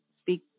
speak